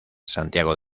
santiago